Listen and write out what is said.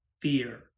fear